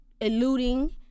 eluding